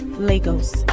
Lagos